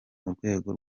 murwego